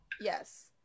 yes